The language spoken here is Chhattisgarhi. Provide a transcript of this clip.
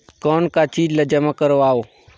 कौन का चीज ला जमा करवाओ?